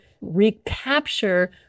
recapture